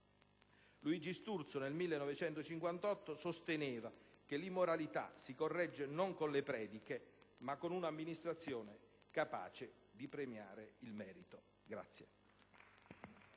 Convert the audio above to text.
Luigi Sturzo nel 1958 sosteneva che l'immoralità si corregge non con le prediche, ma con un'amministrazione capace di premiare il merito.